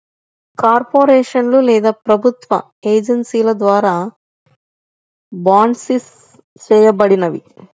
కార్పొరేషన్లు లేదా ప్రభుత్వ ఏజెన్సీల ద్వారా బాండ్సిస్ చేయబడినవి